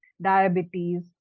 diabetes